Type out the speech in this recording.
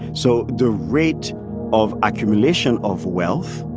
so the rate of accumulation of wealth,